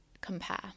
compare